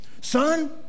son